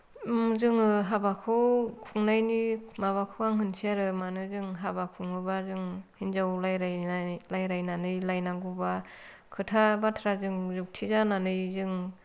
जोङो हाबाखौ खुंनायनि माबाखौ आं होनसै आरो मानो जों हाबा खुङोबा जों हिनजाव रायलायनानै रायज्लायनानै लायनांगौ बा खोथा बाथ्रा जों जुख्थि जानानै जों